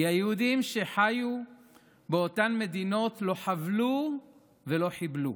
כי היהודים שחיו באותן מדינות לא חבלו ולא חיבלו,